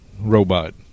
robot